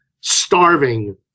starving